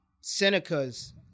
Seneca's